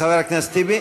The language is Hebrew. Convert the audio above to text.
חבר הכנסת טיבי?